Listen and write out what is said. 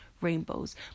rainbows